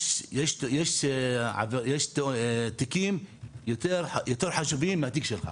שיש תיקים יותר חשובים מהתיק שלך.